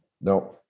No